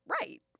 right